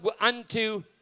unto